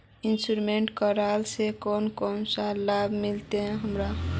Insurance करेला से कोन कोन सा लाभ मिलते हमरा?